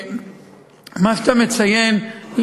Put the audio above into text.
מה שאתה מציין,